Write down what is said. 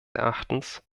erachtens